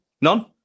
None